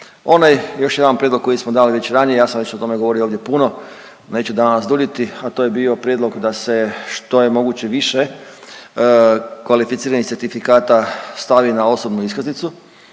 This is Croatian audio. Onaj još jedan prijedlog koji smo dali već ranije, ja sam već o tome govorio ovdje puno, neću danas duljiti, a to je bio prijedlog da se što je moguće više kvalificiranih certifikata stavi na osobnu iskaznicu.